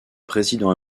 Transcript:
président